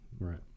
Right